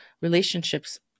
relationships